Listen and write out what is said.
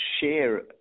share